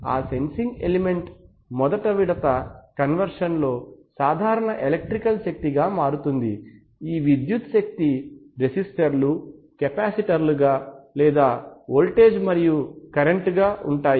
ఆ sensing element మొదట విడత కన్వర్షన్ లో సాధారణ ఎలక్ట్రికల్ విద్యుత్ శక్తిగా మారుతుంది ఈ విద్యుత్ శక్తి రెసిస్టర్లు కెపాసిటర్స్ గా లేదా వోల్టేజ్ మరియు కరెంట్ గా ఉంటాయి